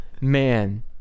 Man